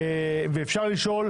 ואפשר לשאול,